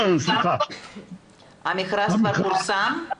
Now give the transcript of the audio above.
המכרז כבר פורסם?